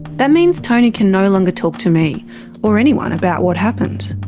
that means tony can no longer talk to me or anyone about what happened.